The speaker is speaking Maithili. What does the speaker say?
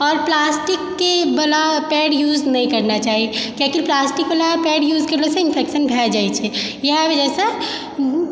आओर प्लास्टिकके वला पैड यूज नहि करना चाही किएक कि प्लास्टिकवला पैड यूज करलासँ इन्फेक्शन भए जाइ छै इएह वजहसँ